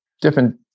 different